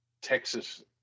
Texas